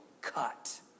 cut